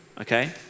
okay